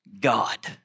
God